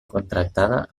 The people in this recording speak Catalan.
contractada